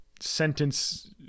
sentence